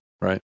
right